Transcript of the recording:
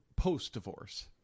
post-divorce